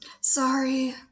sorry